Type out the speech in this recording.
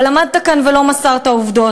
אבל עמדת כאן ולא מסרת עובדות.